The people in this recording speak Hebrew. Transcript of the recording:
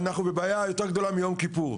אנחנו בבעיה יותר גדולה מיום כיפור.